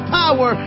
power